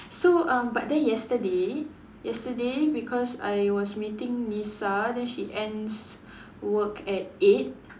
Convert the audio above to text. so uh but then yesterday yesterday because I was meeting Nisa then she ends work at eight